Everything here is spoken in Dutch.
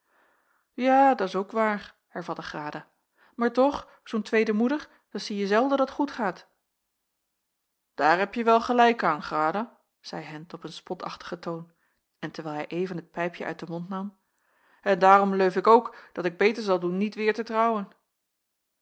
ja dat s ook waar hervatte grada maar toch zoo'n tweede moeder dat zieje zelden dat goed gaat daar hebje wel gelijk aan grada zeî hendt op een spotachtigen toon en terwijl hij even het pijpje uit den mond nam en daarom leuf ik ook dat ik beter zal doen niet weêr te trouwen